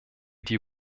die